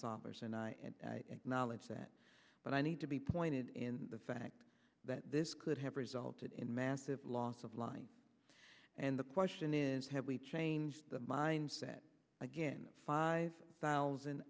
that but i need to be pointed in the fact that this could have resulted in massive loss of life and the question is have we changed the mindset again five thousand